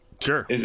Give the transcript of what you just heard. Sure